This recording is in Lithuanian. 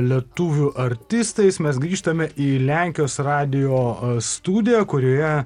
lietuvių artistais mes grįžtame į lenkijos radijo studiją kurioje